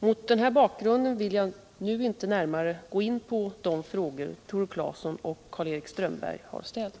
Mot denna bakgrund vill jag nu inte närmare gå in på de frågor Tore Claeson och Karl Erik Strömberg har ställt.